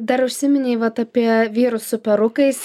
dar užsiminei vat apie vyrus su perukais